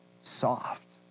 soft